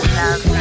love